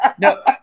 No